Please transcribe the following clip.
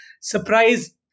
surprise